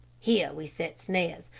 here we set snares,